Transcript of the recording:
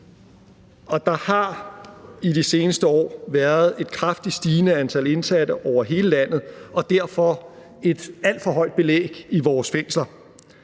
Der har i de seneste år været et kraftigt stigende antal indsatte over hele landet og derfor et alt for højt belæg i vores fængsler.